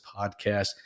podcast